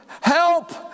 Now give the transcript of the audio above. help